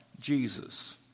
Jesus